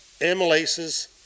amylases